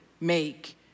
make